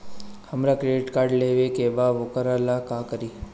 हमरा credit card लेवे के बा वोकरा ला का करी?